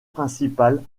principales